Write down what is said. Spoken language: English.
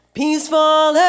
peaceful